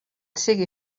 sigui